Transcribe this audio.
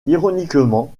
ironiquement